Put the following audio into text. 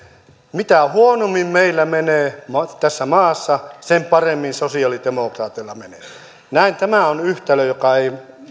mitä huonommin meillä menee tässä maassa sen paremmin sosialidemokraateilla menee tämä on yhtälö joka ei